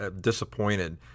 disappointed